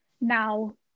now